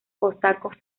cosacos